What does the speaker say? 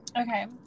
Okay